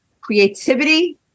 creativity